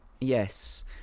yes